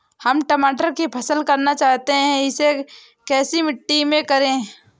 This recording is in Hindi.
हम टमाटर की फसल करना चाहते हैं इसे कैसी मिट्टी में करें?